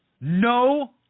no